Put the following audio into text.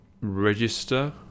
register